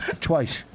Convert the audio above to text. twice